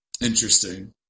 Interesting